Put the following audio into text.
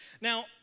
Now